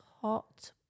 hot